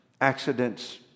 accidents